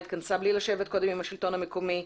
התכנסה בלי לשבת קודם עם השלטון המקומי.